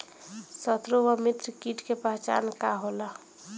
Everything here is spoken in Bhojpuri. सत्रु व मित्र कीट के पहचान का होला?